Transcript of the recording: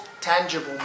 tangible